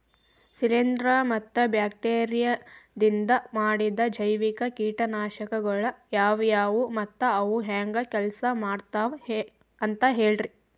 ಶಿಲೇಂಧ್ರ ಮತ್ತ ಬ್ಯಾಕ್ಟೇರಿಯದಿಂದ ಮಾಡಿದ ಜೈವಿಕ ಕೇಟನಾಶಕಗೊಳ ಯಾವ್ಯಾವು ಮತ್ತ ಅವು ಹೆಂಗ್ ಕೆಲ್ಸ ಮಾಡ್ತಾವ ಅಂತ ಹೇಳ್ರಿ?